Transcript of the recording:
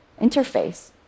interface